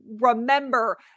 remember